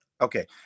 Okay